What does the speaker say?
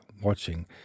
watching